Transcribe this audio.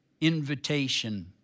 invitation